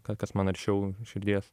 ka kas man arčiau širdies